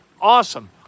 Awesome